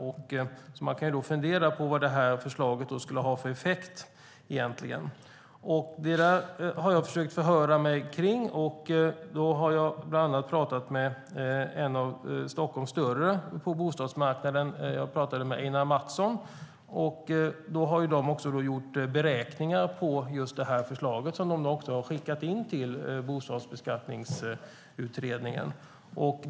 Då kan man fundera på vad förslaget egentligen skulle ha för effekt. Jag har försökt att förhöra mig om detta. Jag har bland annat talat med ett av Stockholms större bolag på bostadsmarknaden, nämligen Einar Mattsson. De har gjort beräkningar på förslaget, som de har skickat in till Bostadsbeskattningskommittén.